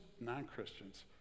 non-christians